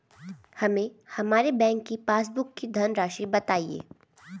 हमें हमारे बैंक की पासबुक की धन राशि बताइए